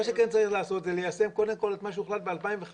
מה שכן צריך לעשות זה ליישם קודם כל את מה שהוחלט ב-2015.